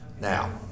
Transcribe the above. Now